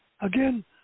again –